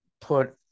put